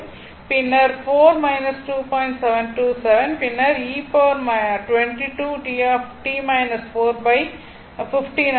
727 பின்னர் ஆகப் பெறுவோம்